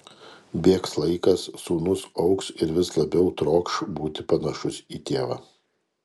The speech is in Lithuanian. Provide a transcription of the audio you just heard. bėgs laikas sūnus augs ir vis labiau trokš būti panašus į tėvą